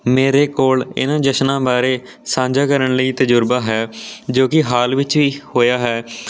ਮੇਰੇ ਕੋਲ ਇਹਨਾਂ ਜਸ਼ਨਾਂ ਬਾਰੇ ਸਾਂਝਾ ਕਰਨ ਲਈ ਤਜ਼ਰਬਾ ਹੈ ਜੋ ਕਿ ਹਾਲ ਵਿੱਚ ਹੀ ਹੋਇਆ ਹੈ